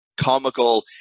comical